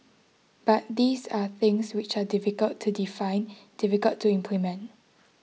but these are things which are difficult to define difficult to implement